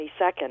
22nd